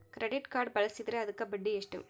Credit card ಬಳಸಿದ್ರೇ ಅದಕ್ಕ ಬಡ್ಡಿ ಎಷ್ಟು?